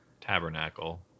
tabernacle